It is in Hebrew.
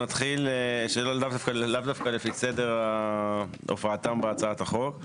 אנחנו נתחיל לאו דווקא לאו דווקא לפי סדר ההופעתם בהצעת החוק,